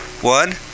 one